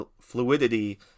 fluidity